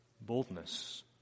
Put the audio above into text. boldness